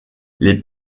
les